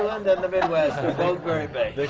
and and the midwest are both very big.